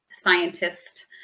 scientist